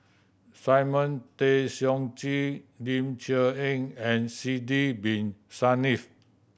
Simon Tay Seong Chee Ling Cher Eng and Sidek Bin Saniff